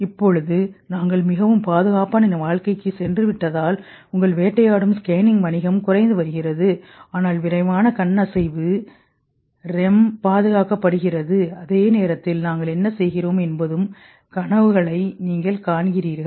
இப்போது நாங்கள் மிகவும் பாதுகாப்பான வாழ்க்கைக்குச் சென்று விட்டதால் உங்கள் வேட்டையாடும் ஸ்கேனிங் வணிகம் குறைந்து வருகிறது ஆனால் விரைவான கண் அசைவு பாதுகாக்கப்படுகிறது அதே நேரத்தில் நாங்கள் என்ன செய்கிறோம் என்பதும் கனவுகளை நீங்கள் காண்கிறீர்கள்